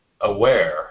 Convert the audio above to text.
aware